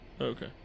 okay